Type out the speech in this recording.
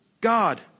God